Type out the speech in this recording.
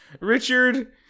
Richard